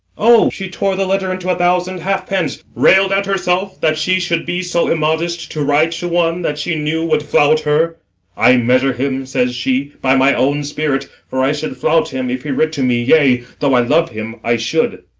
o! she tore the letter into a thousand halfpence railed at herself, that she should be so immodest to write to one that she knew would flout her i measure him says she, by my own spirit for i should flout him, if he writ to me yea, though i love him, i should